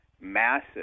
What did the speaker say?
massive